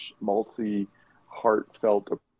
multi-heartfelt